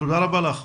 תודה רבה לך.